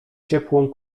ciepłą